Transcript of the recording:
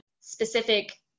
specific